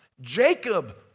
Jacob